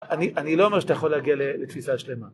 אני לא אומר שאתה יכול להגיע לתפיסה שלמה